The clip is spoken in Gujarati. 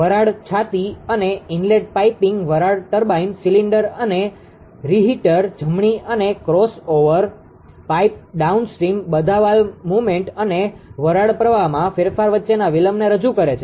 વરાળ છાતી અને ઇનલેટ પાઇપિંગ વરાળ ટર્બાઇન સિલિન્ડર અને રીહિટર જમણી અને ક્રોસઓવર પાઇપ ડાઉનસ્ટ્રીમ બધા વાલ્વ મુવમેન્ટ અને વરાળ પ્રવાહમાં ફેરફાર વચ્ચેના વિલંબને રજૂ કરે છે